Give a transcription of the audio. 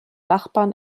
nachbarn